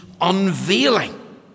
unveiling